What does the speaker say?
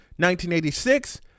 1986